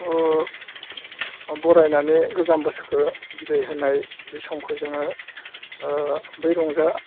बरायनानै गोजाम बोसोरखौ बिदाय होनाय बे समखौ जोङो बै रंजा